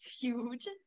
huge